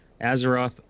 Azeroth